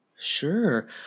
Sure